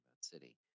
City